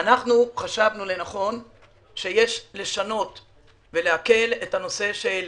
אנחנו חשבנו לנכון שיש לשנות ולהקל את הנושא של